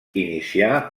inicià